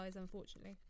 unfortunately